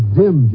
dim